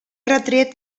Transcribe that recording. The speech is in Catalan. retret